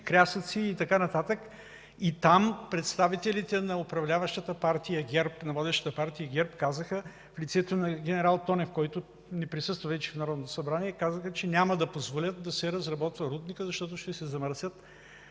Там представителите на водещата, управляващата Партия ГЕРБ в лицето на ген. Тонев, който вече не присъства в Народното събрание, казаха, че няма да позволят да се разработва рудникът, защото ще се замърсят